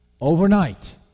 Overnight